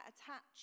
attached